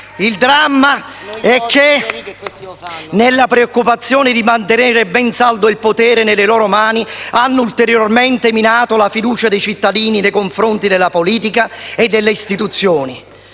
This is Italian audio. Il dramma è che, nella preoccupazione di mantenere ben saldo il potere nelle loro mani, hanno ulteriormente minato la fiducia dei cittadini nei confronti della politica e delle istituzioni,